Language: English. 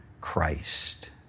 Christ